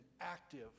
active